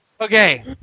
Okay